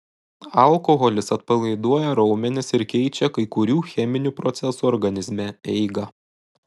alkoholis atpalaiduoja raumenis ir keičia kai kurių cheminių procesų organizme eigą